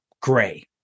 gray